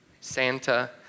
Santa